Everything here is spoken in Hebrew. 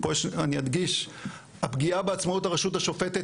אני אדגיש הפגיעה בעצמאות הרשות השופטת,